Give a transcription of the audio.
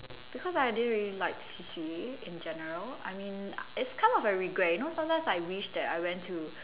because I didn't really like C_C_A in general I mean it's kind of a regret you know sometimes I wish that I went to